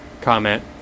comment